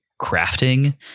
crafting